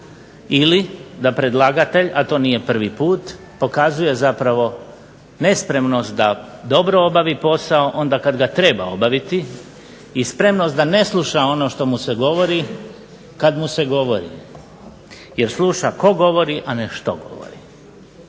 Ili da predlagatelj a to nije prvi put pokazuje zapravo nespremnost da dobro obavi posao onda kada ga treba obaviti i spremnost da ne sluša ono što mu se govori kada mu se govori, jer sluša tko govori, a ne što govori.